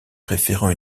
préférant